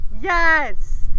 yes